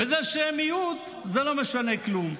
וזה שהם מיעוט זה לא משנה כלום.